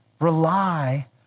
rely